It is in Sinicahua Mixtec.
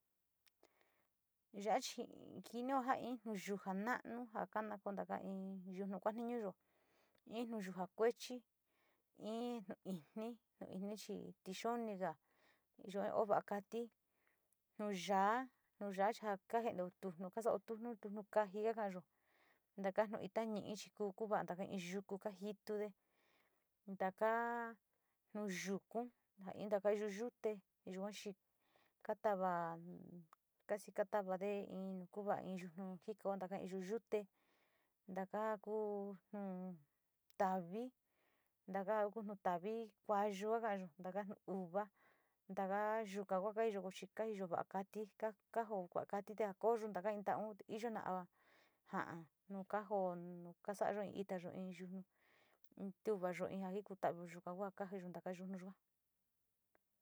Ya chi jinio, ja ii, nuyuja nanu, ja kana kuenta kaii yutnu kuatinuyo, ii nu yuja kuechi, ii nu itni, itni chi tixo niga yo va´a kali, nu yáá, nu yaa kajenteo tujnu, kaso tjuño, tjuño nu kast ke kaoyo, nu kajio ita ñiti chi kuu, kuara in taka yoko kajitada, ntaka no yuku ja iyo. Yuu yute yao chi katava casi katavade, in no kunta yunu nu jiso y yute ntaka ku in tanu, nu tavr kuayo kaayo, taka nu uva, taka yuka ka iyo chi kaiyo va´a kati ka joo kati koyo taka in ntaun iyo naga ja´a nu kajoo nu kasa´ayo in itayo in yunu tuvayo iin ja kuta´avuyo yuka ku ka io yunu yua.